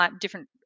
different